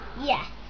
Yes